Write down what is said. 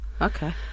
Okay